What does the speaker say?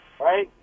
right